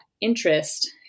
interest